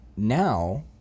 Now